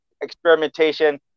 experimentation